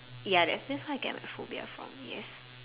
ya that's sense how I get my phobia from yes